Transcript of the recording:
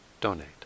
donate